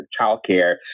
childcare